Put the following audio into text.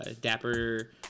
Dapper